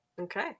Okay